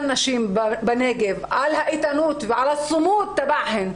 נשים בנגב על האיתנות ועל -- -(ברכה שנאמרת